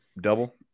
double